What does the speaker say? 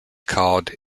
called